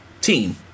team